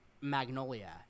Magnolia